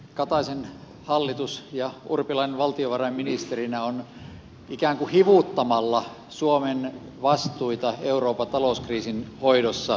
kataisen hallitus ja urpilainen valtiovarainministerinä on ikään kuin hivuttamalla suomen vastuita euroopan talouskriisin hoidossa lisännyt